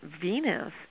Venus